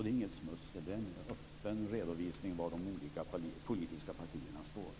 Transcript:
Det är inget smussel. Det är en öppen redovisning av var de olika politiska partierna står.